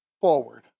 forward